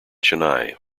chennai